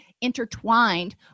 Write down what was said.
intertwined